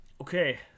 Okay